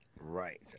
Right